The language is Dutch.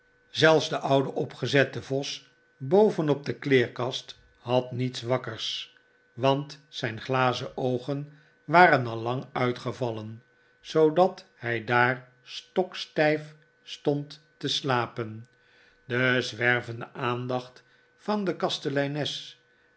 zelfs de oude opgezette vos boven op de kleerkast had niets wakkers want zijn glazen oogen waren al lang uitgevallen zoodat hij daar stokstijf stond te slapen de zwervende aandacht van de